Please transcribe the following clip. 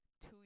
two